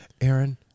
Aaron